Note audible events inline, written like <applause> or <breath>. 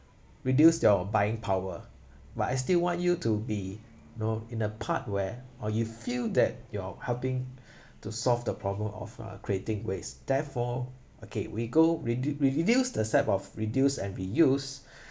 reduce your buying power but I still want you to be you know in a part where or you feel that you're helping <breath> to solve the problem of uh creating waste therefore okay we go redu~ reduce the step of reduce and reuse <breath>